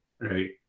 right